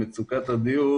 לפתור את מצוקת הדיור,